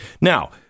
Now